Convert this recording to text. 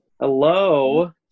Hello